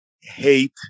hate